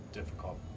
difficult